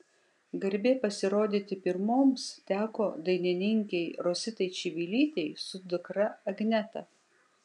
garbė pasirodyti pirmoms teko dainininkei rositai čivilytei su dukra agneta